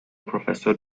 professor